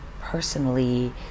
personally